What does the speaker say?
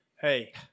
Hey